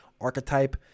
archetype